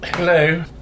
Hello